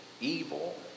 evil